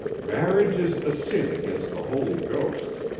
marriage is the sin against the holy ghost.